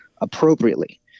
appropriately